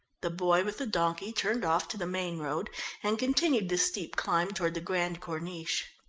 the boy with the donkey turned off to the main road and continued the steep climb toward the grande corniche.